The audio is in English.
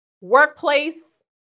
workplace